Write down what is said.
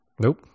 Nope